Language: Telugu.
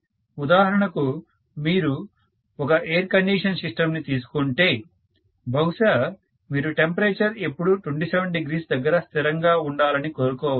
ఉదాహరణకు మీరు ఒక ఎయిర్ కండీషనింగ్ సిస్టమ్ ని తీసుకుంటే బహుశా మీరు టెంపరేచర్ ఎప్పుడూ 27° దగ్గర స్థిరంగా ఉండాలని కోరుకోవచ్చు